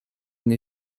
nie